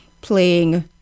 playing